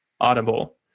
audible